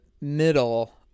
middle